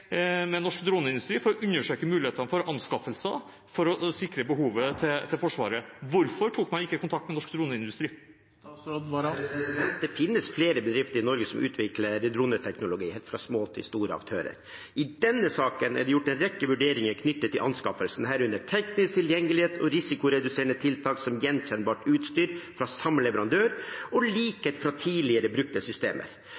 med norsk droneindustri for å undersøke mulighetene for anskaffelser for å sikre behovet til Forsvaret. Hvorfor tok man ikke kontakt med norsk droneindustri? Det finnes flere bedrifter i Norge som utvikler droneteknologi, fra helt små til store aktører. I denne saken er det gjort en rekke vurderinger knyttet til anskaffelsen, herunder teknisk tilgjengelighet og risikoreduserende tiltak, som gjenkjennbart utstyr fra samme leverandør og